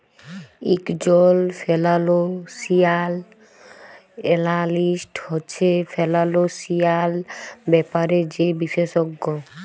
ইকজল financial analyst হছে financial ব্যাপারে যে বিশেষজ্ঞ